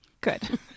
Good